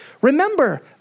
Remember